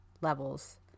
levels